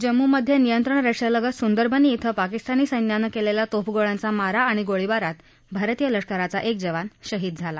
जम्मूमध्ये नियंत्रण रेषेलगत सुंदरबनी इथं पाकिस्तानी सैन्यानं केलेल्या तोफगोळ्यांचा मारा आणि गोळीबारात भारतीय लष्कराचा एक जवान शहीद झाला